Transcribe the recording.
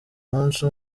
umunsi